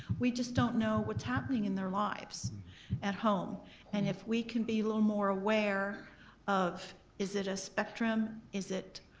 we just don't know what's happening in their lives at home and if we can be a little more aware of is it a spectrum, is it